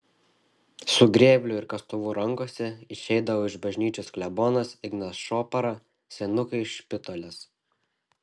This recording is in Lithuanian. su grėbliu ir kastuvu rankose išeidavo iš bažnyčios klebonas ignas šopara senukai iš špitolės